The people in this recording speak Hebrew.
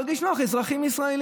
אז תרגיש בנוח עם "אזרחים ישראלים".